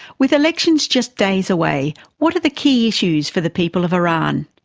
with elections just days away, what are the key issues for the people of iran?